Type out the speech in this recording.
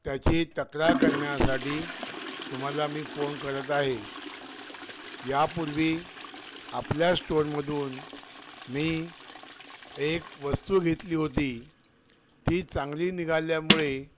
त्याची तक्रार करण्यासाठी तुम्हाला मी फोन करत आहे यापूर्वी आपल्या स्टोअरमधून मी एक वस्तू घेतली होती ती चांगली निघाल्यामुळे